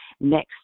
next